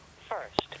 First